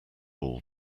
all